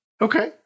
Okay